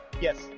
Yes